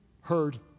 heard